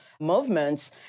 movements